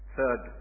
third